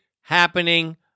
happening